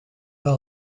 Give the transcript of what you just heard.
pas